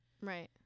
Right